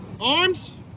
Arms